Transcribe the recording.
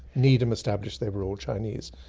needham established they were all chinese.